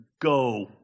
go